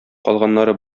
калганнары